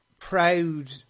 proud